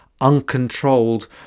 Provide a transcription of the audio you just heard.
uncontrolled